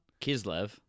Kislev